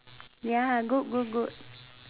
ya good good good